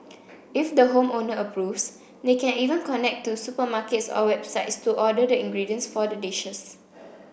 if the home owner approves they can even connect to supermarkets or websites to order the ingredients for the dishes